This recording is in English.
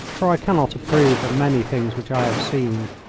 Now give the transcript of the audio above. for i cannot approve of many things which i have seen.